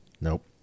Nope